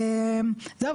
זהו,